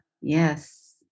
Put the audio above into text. Yes